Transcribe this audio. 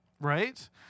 Right